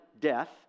death